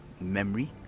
memory